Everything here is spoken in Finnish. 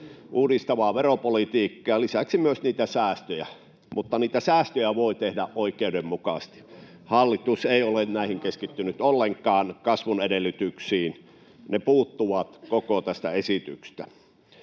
uudistavaa veropolitiikkaa ja lisäksi niitä säästöjä, mutta niitä säästöjä voi tehdä oikeudenmukaisesti. Hallitus ei ole näihin keskittynyt ollenkaan, kasvun edellytyksiin. Ne puuttuvat koko tästä esityksestä.